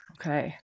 Okay